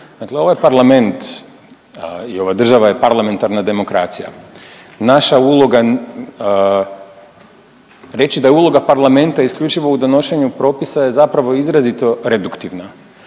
Dakle ovaj parlament i ova država je parlamentarna demokracija. Naša uloga, reći da je uloga parlamenta isključivo u donošenju propisa je zapravo izrazito reduktivna.